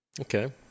Okay